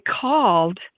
called